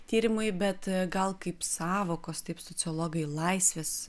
tyrimui bet gal kaip sąvokos taip sociologai laisvės